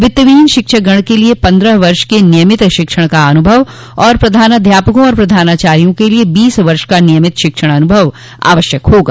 वित्तविहीन शिक्षकगण के लिये पन्द्रह वर्ष के नियमित शिक्षण का अनुभव तथा प्रधानाध्यापकों और प्रधानाचार्यो के लिये बीस वर्ष का नियमित शिक्षण का अन्भव आवश्यक होगा